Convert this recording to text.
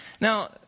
Now